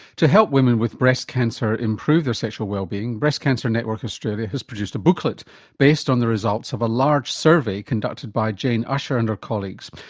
to help women with breast cancer improve their sexual wellbeing breast cancer network australia has produced a booklet based on the results of a large survey conducted by jane ussher and her colleagues.